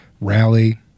rally